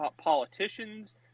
politicians